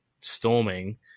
storming